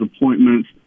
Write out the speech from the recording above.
appointments